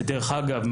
שאגב,